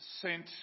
sent